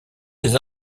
ces